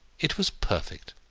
it was perfect.